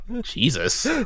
jesus